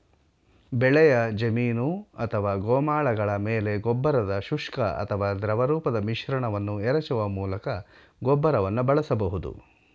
ಬೆಳೆಯ ಜಮೀನು ಅಥವಾ ಗೋಮಾಳಗಳ ಮೇಲೆ ಗೊಬ್ಬರದ ಶುಷ್ಕ ಅಥವಾ ದ್ರವರೂಪದ ಮಿಶ್ರಣವನ್ನು ಎರಚುವ ಮೂಲಕ ಗೊಬ್ಬರವನ್ನು ಬಳಸಬಹುದು